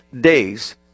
days